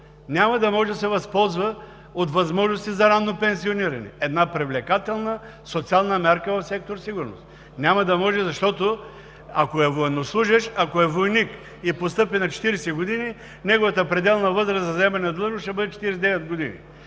няма да може да се възползва от възможностите за ранно пенсиониране – една привлекателна социална мярка в сектор „Сигурност“? Няма да може, защото, ако е военнослужещ, ако е войник и постъпи на 40 години, неговата пределна възраст за заемане на длъжност ще бъде 49 години.